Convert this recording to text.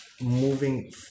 moving